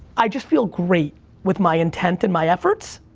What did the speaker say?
i just feel great with my intent and my efforts.